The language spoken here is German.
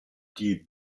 die